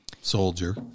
soldier